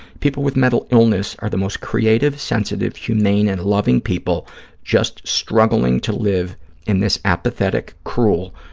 people with mental illness are the most creative, sensitive, humane and loving people just struggling to live in this apathetic, cruel,